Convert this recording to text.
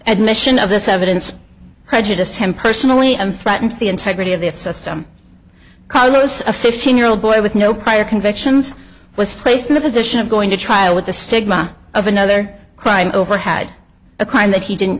admission of this evidence prejudiced him personally and threatens the integrity of this system carlos a fifteen year old boy with no prior convictions was placed in the position of going to trial with the stigma of another crime over had a crime that he didn't